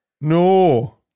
No